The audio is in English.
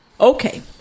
Okay